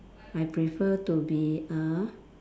I prefer to be a